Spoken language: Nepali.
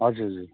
हजुर हजुर